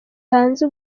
hanze